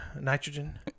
Nitrogen